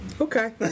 Okay